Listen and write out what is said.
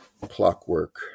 clockwork